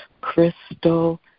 crystal